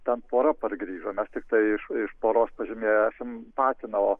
ten pora pargrįžo mes tiktai iš iš poros pažymėję esam patiną o